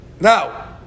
Now